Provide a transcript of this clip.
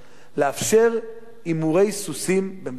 לאפשר הימורי סוסים במדינת ישראל,